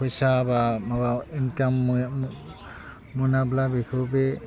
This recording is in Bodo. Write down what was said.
फैसा बा माबा इनखाम मोनाब्ला बेखौ बे